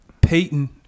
Peyton